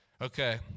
Okay